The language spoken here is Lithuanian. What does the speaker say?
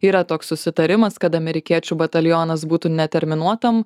yra toks susitarimas kad amerikiečių batalionas būtų neterminuotam